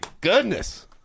goodness